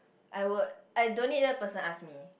I would I don't need that person ask me